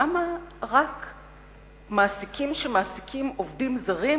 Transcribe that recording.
למה רק מעסיקים שמעסיקים עובדים זרים,